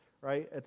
right